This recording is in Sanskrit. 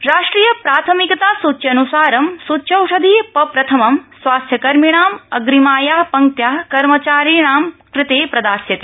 राष्ट्रिय प्राथमिकता सूच्यन्सारं सूच्यौषधि पप्रथमं स्वास्थ्यकर्मिणां अग्रिमाया पंक्त्या कर्मचारिणां कृते प्रदास्यते